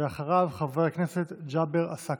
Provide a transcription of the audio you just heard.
ואחריו, חבר הכנסת ג'אבר עסאקלה.